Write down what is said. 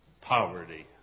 poverty